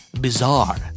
Bizarre